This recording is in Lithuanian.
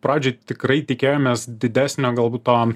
pradžioj tikrai tikėjomės didesnio galbūt to